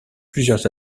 plusieurs